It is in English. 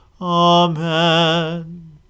Amen